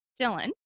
Dylan